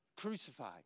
crucified